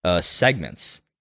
segments